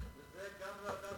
וזה גם ל"הדסה".